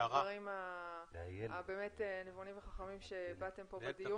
הדברים הנבונים והחכמים שהבעתם בדיון.